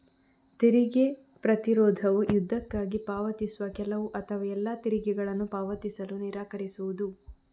ತೆರಿಗೆ ಪ್ರತಿರೋಧವು ಯುದ್ಧಕ್ಕಾಗಿ ಪಾವತಿಸುವ ಕೆಲವು ಅಥವಾ ಎಲ್ಲಾ ತೆರಿಗೆಗಳನ್ನು ಪಾವತಿಸಲು ನಿರಾಕರಿಸುವುದು